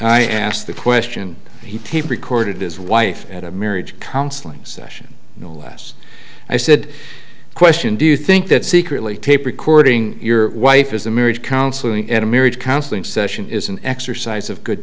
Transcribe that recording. i asked the question he tape recorded his wife at a marriage counseling session no less i said question do you think that secretly tape recording your wife is a marriage counseling in a marriage counseling session is an exercise of good